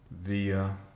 via